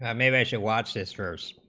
i mean measure watched his first,